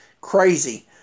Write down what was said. crazy